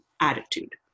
attitude